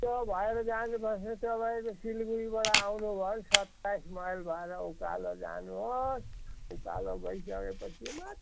त्यो भएर जानुपर्छ तपाईँको सिलगढीबाट आउनुभयो भने सत्ताइस माइल भएर उकालो जानुहोस् उकालो गइसकेपछि माथि